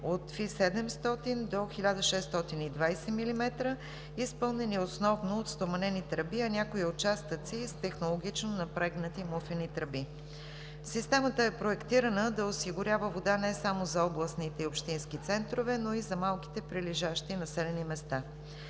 от ФИ 700 до 1620 мм, изпълнени основно от стоманени тръби, а някои участъци и с технологично напрегнати муфини тръби. Системата е проектирана да осигурява вода не само за областните и общински центрове, но и за малките прилежащи населени места.